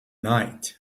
night